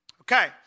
Okay